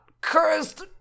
Cursed